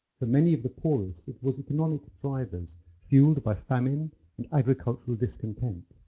for many of the poorest it was economic drivers fuelled by famine and agricultural discontent.